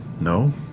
No